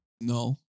No